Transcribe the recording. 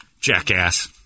jackass